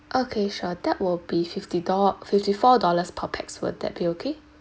okay sure that will be fifty dol~ fifty four dollars per pax will that be okay